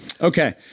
okay